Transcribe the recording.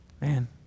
Man